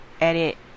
edit